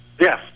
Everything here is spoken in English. Yes